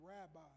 Rabbi